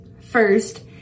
First